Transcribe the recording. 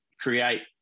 create